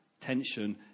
tension